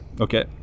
Okay